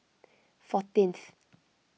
fourteenth